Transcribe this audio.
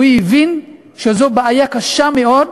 הוא הבין שזאת בעיה קשה מאוד,